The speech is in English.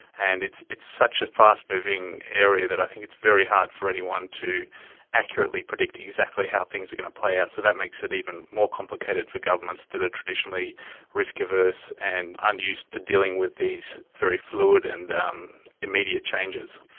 and it's it's such a fast moving area that i think it's very hard for anyone to accurately predict exactly how things are going to play out, so that makes it even more complicated for governments that are traditionally risk averse and unused to dealing with these very fluid and immediate changes.